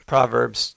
Proverbs